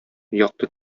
якты